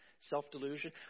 self-delusion